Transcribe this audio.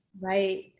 Right